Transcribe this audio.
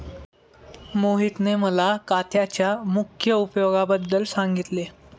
मोहितने मला काथ्याच्या मुख्य उपयोगांबद्दल सांगितले